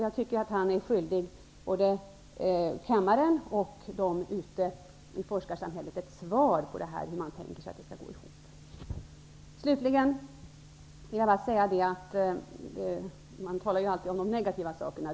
Jag tycker att Rune Rydén är skyldig både kammaren och de ute i forskarsamhället ett svar på frågan hur det hela skall gå ihop. Det talas ofta om de negativa sakerna.